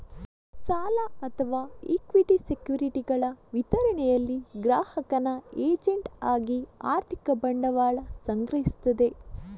ಸಾಲ ಅಥವಾ ಇಕ್ವಿಟಿ ಸೆಕ್ಯುರಿಟಿಗಳ ವಿತರಣೆಯಲ್ಲಿ ಗ್ರಾಹಕನ ಏಜೆಂಟ್ ಆಗಿ ಆರ್ಥಿಕ ಬಂಡವಾಳ ಸಂಗ್ರಹಿಸ್ತದೆ